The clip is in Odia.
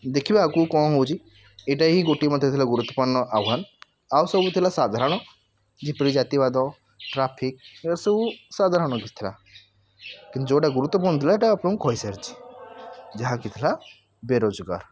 ଦେଖିବା ଆଗକୁ କଣ ହେଉଛି ଏଇଟା ହିଁ ଗୋଟେ ମାତ୍ର ଥିଲା ଗୁରୁତ୍ଵପୂର୍ଣ୍ଣ ଆହ୍ୱାନ ଆଉ ସବୁ ଥିଲା ସାଧାରଣ ଯେପରି ଜାତିବାଦ ଟ୍ରାଫିକ୍ ଏଇଟା ସାଧାରଣ ଥିଲା କିନ୍ତୁ ଯେଉଁଟା ଗୁରୁତ୍ଵପୂର୍ଣ୍ଣ ଥିଲା ସେଇଟା ଆପଣଙ୍କୁ କହିସାରିଛି ଯାହାକି ଥିଲା ବେରୋଜଗାର